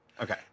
Okay